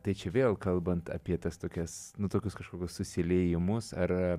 tai čia vėl kalbant apie tas tokias nu tokius kažkokius susiliejimus ar